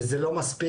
וזה לא מספיק.